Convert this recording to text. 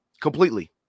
completely